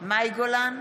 מאי גולן,